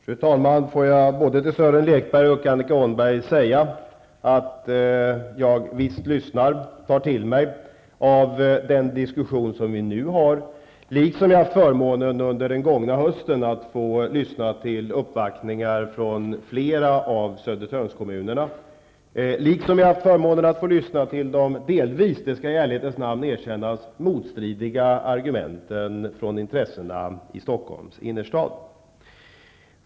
Fru talman! Visst lyssnar jag och tar till mig, Sören Lekberg och Annika Åhnberg, av den diskussion som vi nu för, liksom jag har haft förmånen under den gångna hösten att få lyssna till uppvaktningar från flera av kommunerna på Södertörn och till de delvis -- det skall i ärlighetens namn erkännas -- motstridiga argumenten från intressen i Stockholms innerstad.